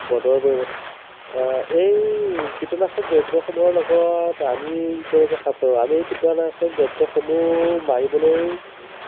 বতৰৰ পৰিৱৰ্তন এই কীটনাশক দ্ৰব্যসমূহৰ লগত আমি কেনেকৈ হাত সাৰোঁ আমি কীটনাশক দ্ৰব্যসমূহ মাৰিবলৈ